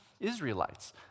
Israelites